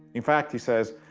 in fact, he says,